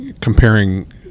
Comparing